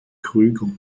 krüger